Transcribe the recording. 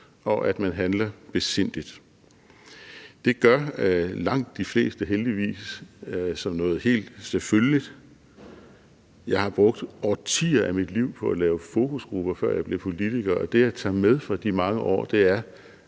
og at man handler besindigt. Det gør langt de fleste heldigvis som noget helt selvfølgeligt. Jeg har brugt årtier af mit liv på at lave fokusgrupper, før jeg blev politiker, og det, jeg tager med fra de mange år, er,